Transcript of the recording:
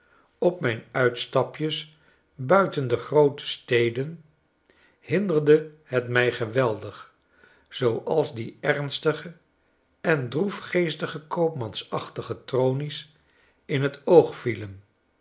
op mijn uitstapjes buiten de groote steden hinderde het mij ge wel dig zooals die ernstige en droefgeestige koopmansachtige tronies in t oog vielen